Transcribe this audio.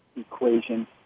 equation